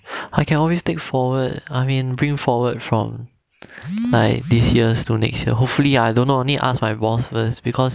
I can always take forward I mean bring forward from like this year's to next year hopefully ah don't know need ask my boss first because